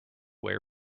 way